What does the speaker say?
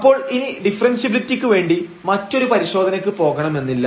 അപ്പോൾ ഇനി ഡിഫറെൻഷ്യബിലിറ്റിക്ക് വേണ്ടി മറ്റൊരു പരിശോധനക്ക് പോകണമെന്നില്ല